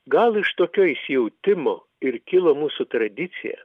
gal iš tokio įsijautimo ir kilo mūsų tradicija